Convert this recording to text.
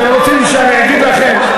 אתם רוצים שאני אגיד לכם,